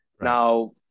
now